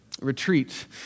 retreat